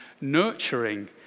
nurturing